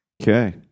Okay